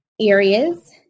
areas